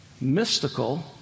mystical